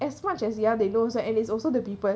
as much as you are they knows uh and it's also the people